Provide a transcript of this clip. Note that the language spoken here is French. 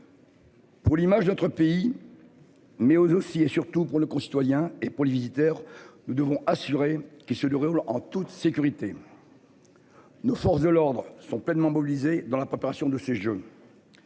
Pour l'image d'autres pays. Mais aux aussi et surtout pour le concitoyen et pour les visiteurs. Nous devons assurer qui se déroulent en toute sécurité. Nos forces de l'ordre sont pleinement mobilisés dans la préparation de ces jeunes.